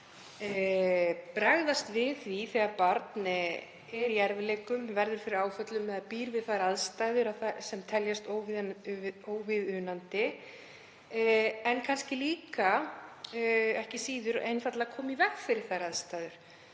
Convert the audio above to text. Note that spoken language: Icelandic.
bregðast við þegar barn er í erfiðleikum, verður fyrir áföllum eða býr við aðstæður sem teljast óviðunandi en kannski ekki síður að koma einfaldlega í veg fyrir þær aðstæður.